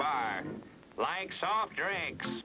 bar like soft drinks